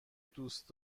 دوست